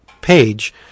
page